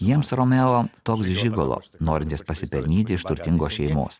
jiems romeo toks žigolo norintis pasipelnyti iš turtingos šeimos